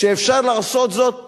שאפשר לעשות זאת